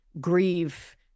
grieve